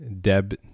deb